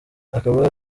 akaba